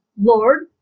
Lord